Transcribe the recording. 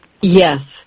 Yes